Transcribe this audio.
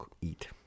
eat